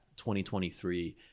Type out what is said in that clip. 2023